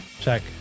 check